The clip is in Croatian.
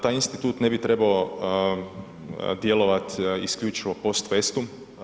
Taj institut ne bi trebao djelovati isključivo post festum.